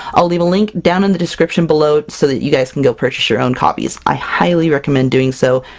i'll leave a link down in the description below so that you guys can go purchase your own copies. i highly recommend doing so!